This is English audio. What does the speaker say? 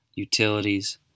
utilities